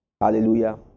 Hallelujah